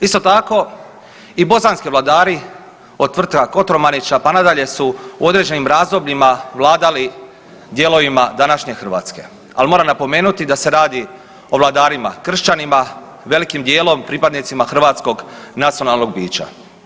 Isto tako i bosanski vladari od Tvrtka Kotromanića, pa nadalje su u određenim razdobljima vladali dijelovima današnje Hrvatske, al moram napomenuti da se radi o vladarima kršćanima, velikim dijelom pripadnicima hrvatskog nacionalnog bića.